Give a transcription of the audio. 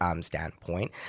standpoint